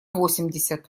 восемьдесят